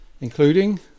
Including